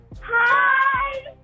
Hi